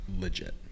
legit